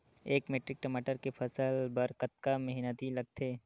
एक मैट्रिक टमाटर के फसल बर कतका मेहनती लगथे?